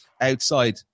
outside